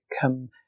come